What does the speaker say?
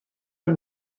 yng